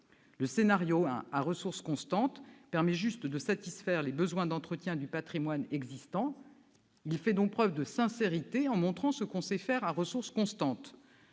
Le scénario n° 1, à ressources constantes, permet juste de satisfaire les besoins d'entretien du patrimoine existant. Il fait donc preuve de sincérité en montrant ce qu'il est possible de faire à ressources constantes.